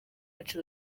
benshi